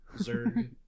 Zerg